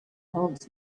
holds